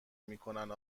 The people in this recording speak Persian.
میکنن